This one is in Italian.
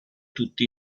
tutti